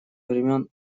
времен